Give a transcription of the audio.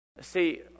See